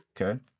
Okay